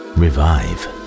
revive